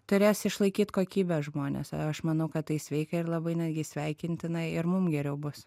turės išlaikyt kokybę žmonės ir aš manau kad tai sveika ir labai netgi sveikintina ir mum geriau bus